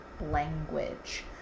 language